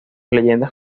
leyendas